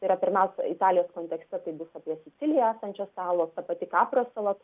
tai yra pirmiausia italijos kontekste tai bus apie sicilijoje esančias salas ta pati kaprio sala